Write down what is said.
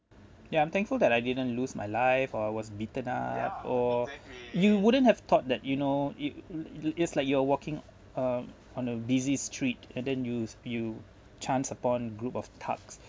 ya I'm thankful that I didn't lose my life or I was beaten up or you wouldn't have thought that you know it it's like you are walking um on a busy street and then you you chance upon a group of thugs